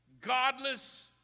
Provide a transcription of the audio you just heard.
godless